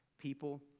people